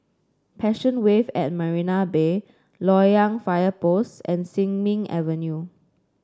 Passion Wave at Marina Bay Loyang Fire Post and Sin Ming Avenue